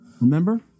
Remember